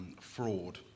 fraud